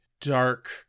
dark